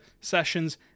sessions